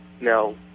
No